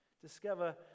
Discover